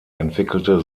entwickelte